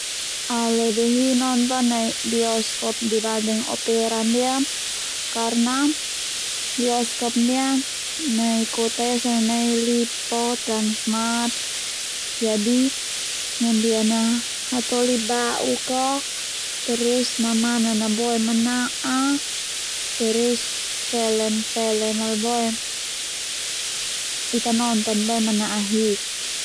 Au lebih hi nonton nai bioskop dibanding opera ndia karna bioskop ndia nai kota ia sone nai lipo Transmart jadi naindia na hatoli bauk a terus mamanak na boe mana'a terus film-film al boe Ita nonton boe manahik.